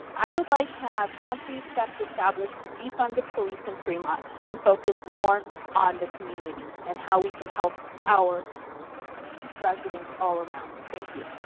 i would like to have concrete steps established to defund the police in fremont and focus more on the community and how we can help our residents all around. thank you.